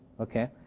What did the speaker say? Okay